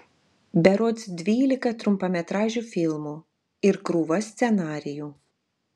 berods dvylika trumpametražių filmų ir krūva scenarijų